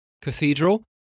cathedral